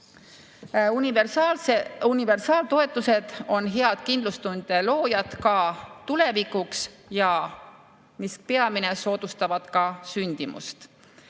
Universaaltoetused on head kindlustunde loojad tulevikuks ja, mis peamine, soodustavad ka sündimust.